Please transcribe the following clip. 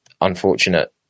unfortunate